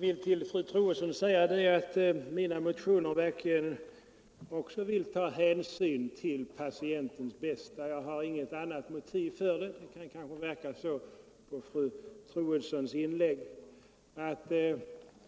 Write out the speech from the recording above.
Herr talman! Jag vill säga till fru Troedsson att avsikten med mina motioner också verkligen är att ta hänsyn till patienten. Jag har inga andra motiv för dem, men det kan kanske verka så av fru Troedssons inlägg. Att